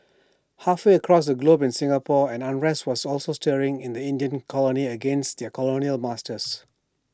halfway across the globe in Singapore an unrest was also stirring in the Indian colony against their colonial masters